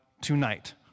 tonight